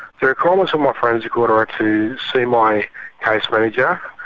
the requirements of my forensic order are to see my case manager,